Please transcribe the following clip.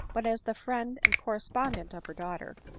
but as the friend and correspondent of her daughter,